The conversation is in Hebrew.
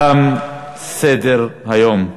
תם סדר-היום.